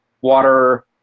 water